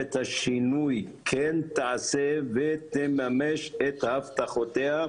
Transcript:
שממשלת השינוי כן תעשה ותממש את הבטחותיה,